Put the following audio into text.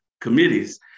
committees